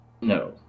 No